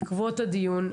בעקבות הדיון,